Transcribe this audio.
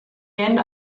jen